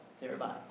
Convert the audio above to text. thereby